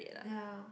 ya